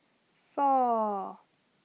four